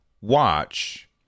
watch